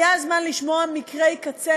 היה זמן לשמוע מקרי קצה,